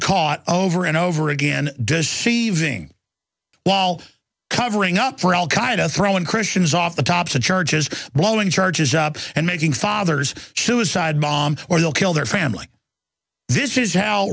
caught over and over again deceiving while covering up for al qaeda throwing christians off the tops of churches blowing churches up and making fathers suicide bombs or they'll kill their family this is